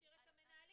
שמכשיר את המנהלים,